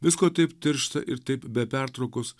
visko taip tiršta ir taip be pertraukos